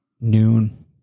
noon